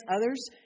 others